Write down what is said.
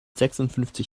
sechsundfünfzig